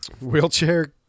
Wheelchair